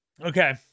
okay